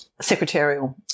Secretarial